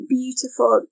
beautiful